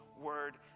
word